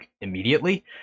immediately